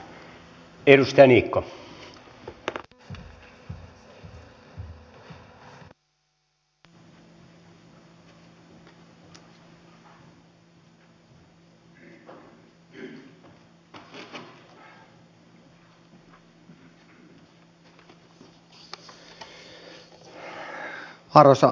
arvoisa puhemies